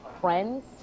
friends